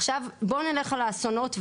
עכשיו בואו נלך על האסונות,